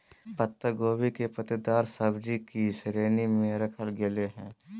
पत्ता गोभी के पत्तेदार सब्जि की श्रेणी में रखल गेले हें